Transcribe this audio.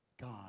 God